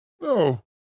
No